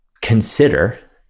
consider